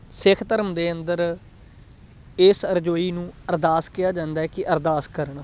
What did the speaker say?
ਸਿੱਖ ਧਰਮ ਦੇ ਅੰਦਰ ਇਸ ਅਰਜੋਈ ਨੂੰ ਅਰਦਾਸ ਕਿਹਾ ਜਾਂਦਾ ਕਿ ਅਰਦਾਸ ਕਰਨਾ